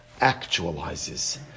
actualizes